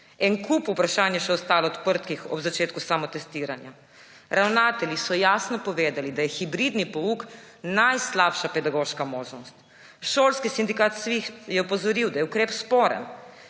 En kup vprašanj je še ostalo odprtih ob začetku samotestiranja. Ravnatelji so jasno povedali, da je hibridni pouk najslabša pedagoška možnost. Šolski sindikat SVIZ je opozoril, da je ukrep sporen.